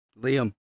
liam